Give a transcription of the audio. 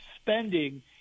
spending